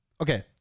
Okay